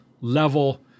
level